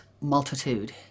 multitude